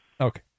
Okay